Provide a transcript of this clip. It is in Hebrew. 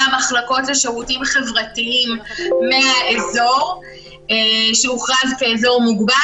המחלקות לשירותים חברתיים מהאזור שהוכרז כאזור מוגבל,